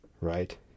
right